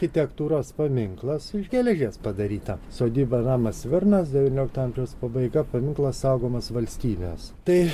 architektūros paminklas iš geležies padaryta sodyba namas svirnas devyniolikto amžiaus pabaiga paminklas saugomas valstybės tai